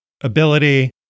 ability